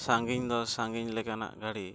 ᱥᱟᱺᱜᱤᱧ ᱫᱚ ᱥᱟᱺᱜᱤᱧ ᱞᱮᱠᱟᱱᱟᱜ ᱜᱟᱹᱰᱤ